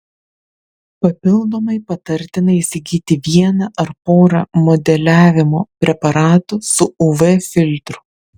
papildomai patartina įsigyti vieną ar porą modeliavimo preparatų su uv filtru